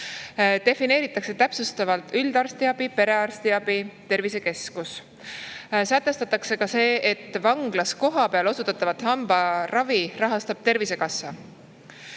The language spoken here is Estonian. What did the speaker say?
Defineeritakse täpsustavalt üldarstiabi, perearstiabi, tervisekeskus. Sätestatakse ka see, et vanglas kohapeal osutatavat hambaravi rahastab Tervisekassa.